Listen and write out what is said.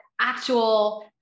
actual